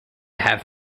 have